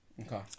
Okay